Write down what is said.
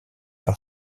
par